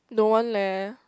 don't want leh